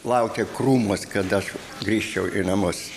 laukė krūmuos kad aš grįžčiau į namus